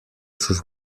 sus